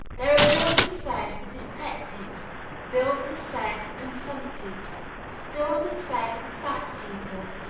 there are bills of fare for dyspeptics bills of fare for consumptives bills of fare for fat people,